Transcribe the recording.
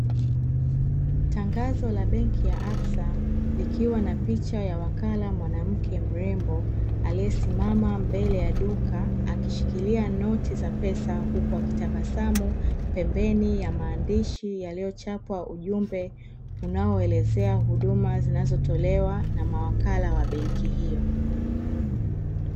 Tangazo la Benki ya Absa likiwa na picha ya wakala mwanamke mrembo aliyesimama mbele ya duka, akishikilia noti za pesa huku akitabasamu pembeni ya maandishi yaliyochapwa ujumbe unaelezea huduma zinazotolewa na mawakala wa Benki hiyo.